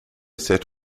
set